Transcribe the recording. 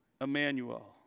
Emmanuel